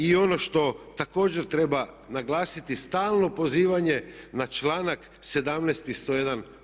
I ono što također treba naglasiti, stalno pozivanje na članak 17. i 101.